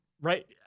right